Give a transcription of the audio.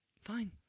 Fine